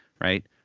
Right